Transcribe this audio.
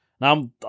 Now